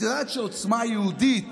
את יודעת שעוצמה יהודית